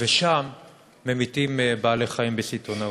ושם ממיתים בעלי-חיים בסיטונאות.